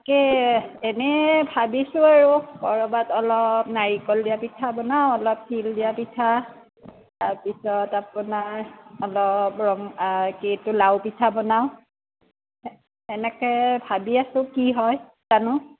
তাকে এনে ভাবিছোঁ আৰু ক'ৰবাত অলপ নাৰিকল দিয়া পিঠা বনাওঁ অলপ তিল দিয়া পিঠা তাৰপিছত আপোনাৰ অলপ কি এইটো লাউ পিঠা বনাওঁ এ এনেকৈ ভাবি আছোঁ কি হয় জানো